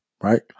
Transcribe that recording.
right